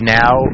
now